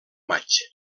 maig